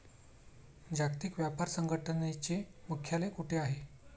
जागतिक व्यापार संघटनेचे मुख्यालय कुठे आहे?